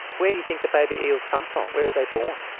where do you think the baby eels come from, where are they born?